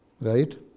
right